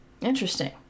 Interesting